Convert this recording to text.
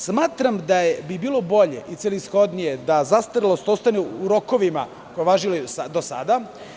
Smatram da bi bilo bolje i celishodnije da zastarelost ostane u rokovima koji su važili do sada.